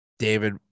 David